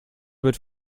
wird